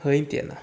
喝一点 ah